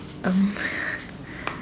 um